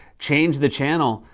change the channel.